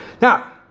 Now